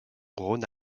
rhône